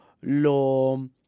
lo